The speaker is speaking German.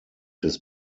des